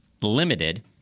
limited